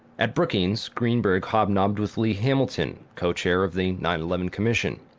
at brookings, greenberg hobnobbed with lee hamilton, co-chair of the nine eleven commission.